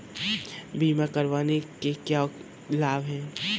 बीमा करवाने के क्या क्या लाभ हैं?